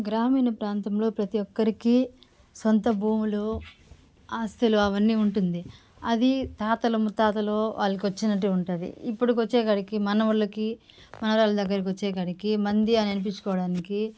గ్రామీణ ప్రాంతంలో ప్రతి ఒక్కరికి సొంత భూములు ఆస్తులు అవన్నీ ఉంటుంది అది తాతలు ముత్తాతలు వాళ్ళకి వచ్చినట్టు ఉంటుంది ఇప్పుడు వచ్చేకాడికి మనవళ్ళకి మానవరాళ్ళకి వచ్చేకాడికి మంది అని అనిపించుకోవడానికి